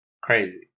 crazy